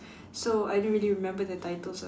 so I don't really remember the titles of it